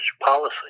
policy